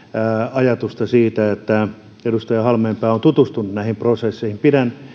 ajatusta edustaja halmeenpää on tutustunut näihin prosesseihin pidän